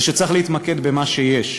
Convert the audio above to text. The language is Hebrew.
זה שצריך להתמקד במה שיש.